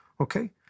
Okay